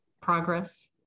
progress